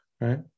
Right